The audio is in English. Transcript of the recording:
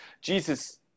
Jesus